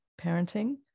parenting